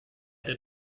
der